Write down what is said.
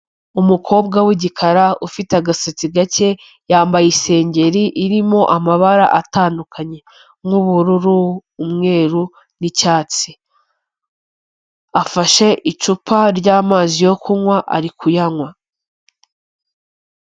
Umukobwa w'igikara ufite agasatsi gake, yambaye isengeri irimo amabara atandukanye nk'ubururu, umweru n'icyatsi. Afashe icupa ry'amazi yo kunywa, ari kuyanywa.